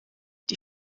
die